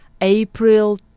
April